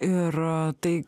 ir tai